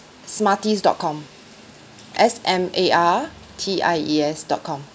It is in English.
smarties dot com S M A R T I E S dot com